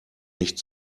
nicht